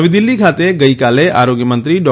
નવી દિલ્હી ખાતે ગઈ કાલે આરોગ્યમંત્રી ડો